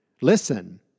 Listen